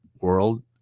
world